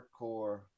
hardcore